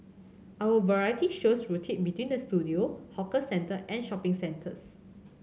our variety shows rotate between the studio hawker centre and shopping centres